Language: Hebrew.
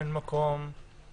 אין מקום לבחון